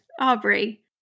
Aubrey